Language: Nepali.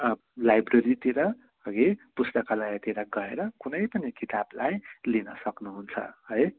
लाइब्रेरीतिर हगि पुस्तकालयतिर गएर कुनै पनि किताबलाई लिन सक्नु हुन्छ है